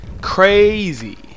crazy